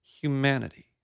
Humanity